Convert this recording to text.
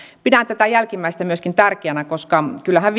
pidän tätä jälkimmäistä myöskin tärkeänä koska kyllähän